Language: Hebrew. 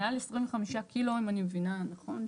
מעל 25 ק"ג אם אני מבינה נכון,